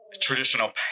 traditional